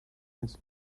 into